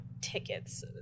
tickets